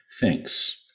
thinks